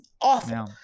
awful